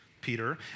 Peter